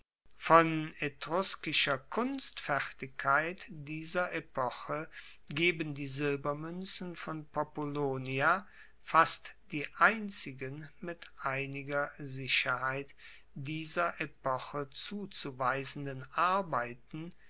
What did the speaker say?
von etruskischer kunstfertigkeit dieser epoche geben die silbermuenzen von populonia fast die einzigen mit einiger sicherheit dieser epoche zuzuweisenden arbeiten